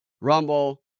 Rumble